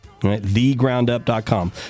Thegroundup.com